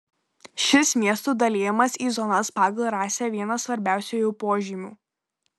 šis miestų dalijimas į zonas pagal rasę vienas svarbiausiųjų požymių